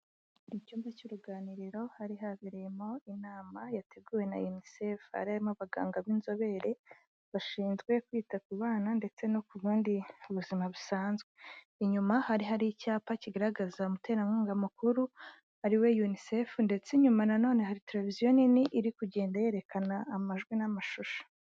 Mu cyumba cy'uruganiriro hari habereyemo inama yateguwe na unicef, hari harimo abaganga b'inzobere, bashinzwe kwita ku bana ndetse no ku bundi buzima busanzwe, inyuma hari hari icyapa kigaragaza umuterankunga mukuru ariwe unicef, ndetse inyuma nanone hari televiziyo nini, iri kugenda yerekana amajwi n'amashusho.